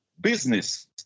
business